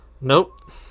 Nope